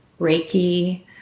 Reiki